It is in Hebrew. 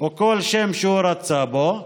או כל שם שהוא רצה בו.